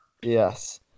Yes